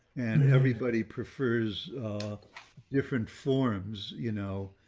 and everybody prefers different forms, you know,